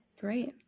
Great